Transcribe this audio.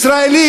ישראלי,